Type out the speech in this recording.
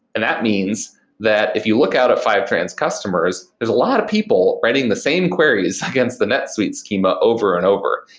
and that means that if you look at fivetran's customers, there's a lot of people writing the same queries against the netsuite schema over and over.